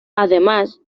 además